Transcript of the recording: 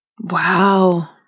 Wow